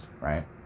right